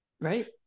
Right